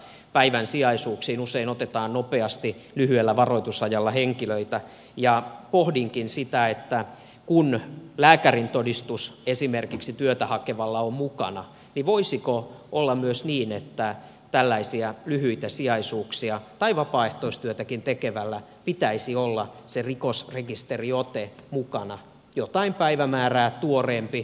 päivän sijaisuuksiin usein otetaan nopeasti lyhyellä varoitusajalla henkilöitä ja pohdinkin sitä kun lääkärintodistus esimerkiksi työtä hakevalla on mukana voisiko olla myös niin että tällaisia lyhyitä sijaisuuksia tai vapaaehtoistyötäkin tekevällä pitäisi olla se rikosrekisteriote mukana jotain päivämäärää tuoreempi